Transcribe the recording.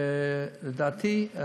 לדעתי,